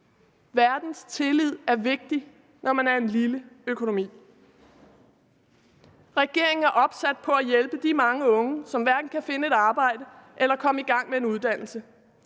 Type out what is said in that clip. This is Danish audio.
Verdens tillid er vigtig, når man er en lille økonomi. Regeringen er opsat på at hjælpe de mange unge, som hverken kan finde et arbejde eller komme i gang med en uddannelse.